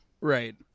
Right